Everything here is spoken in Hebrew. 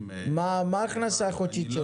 מה ההכנסה החודשית שלו?